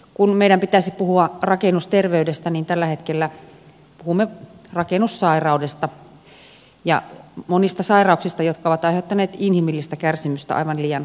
kun meidän pitäisi puhua rakennusterveydestä niin tällä hetkellä puhumme rakennussairaudesta ja monista sairauksista jotka ovat aiheuttaneet inhimillistä kärsimystä aivan liian paljon